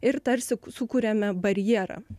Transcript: ir tarsi sukuriame barjerą